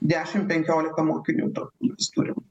dešimt penkiolika mokinių tokių mes turim